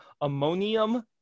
ammonium